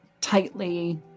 tightly